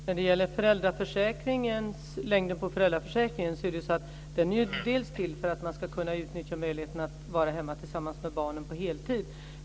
Fru talman! När det gäller förlängningen av föräldraförsäkringen är den bl.a. till för att man ska kunna utnyttja möjligheten att vara hemma tillsammans med barnen på heltid.